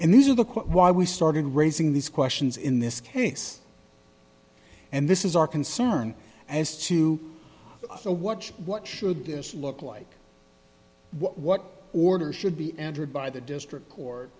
and these are the court why we started raising these questions in this case and this is our concern as to the watch what should this look like what order should be entered by the district or